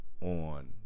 on